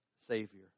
savior